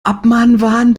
abmahnwahn